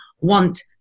want